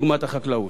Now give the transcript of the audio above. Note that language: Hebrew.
דוגמת החקלאות.